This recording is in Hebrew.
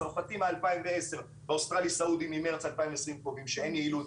הצרפתי מ-2010 והאוסטרלי-סעודי ממרץ 2020 קובעים שאין יעילות.